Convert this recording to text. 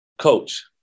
Coach